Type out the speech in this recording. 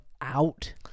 out